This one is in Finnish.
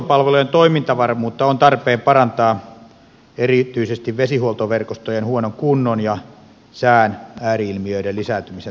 vesihuoltopalveluiden toimintavarmuutta on tarpeen parantaa erityisesti vesihuoltoverkostojen huonon kunnon ja sään ääri ilmiöiden lisääntymisen takia